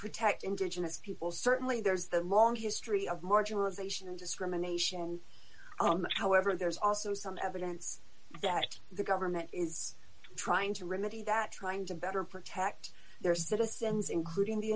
protect indigenous people certainly there's the long history of marginalization and discrimination however there is also some evidence that the government is trying to remedy that trying to better protect their citizens including the